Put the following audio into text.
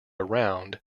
around